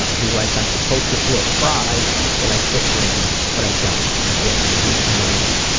he writes, i'm supposed to feel pride that i quit drinking, but i don't. i feel empty and alone.